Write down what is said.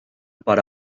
para